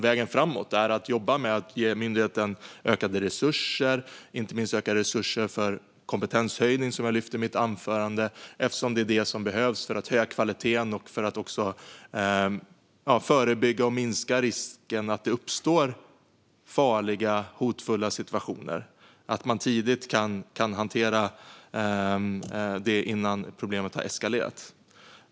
Vägen framåt är att jobba med att ge myndigheten ökade resurser, inte minst ökade resurser för kompetenshöjning, som jag lyfte fram i mitt huvudanförande, eftersom det är det som behövs för att höja kvaliteten och för att förebygga och minska risken för farliga och hotfulla situationer. Man ska kunna hantera problemen tidigt, innan de eskalerar.